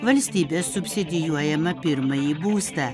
valstybės subsidijuojamą pirmąjį būstą